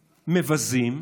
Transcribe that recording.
מבזים.